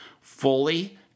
fully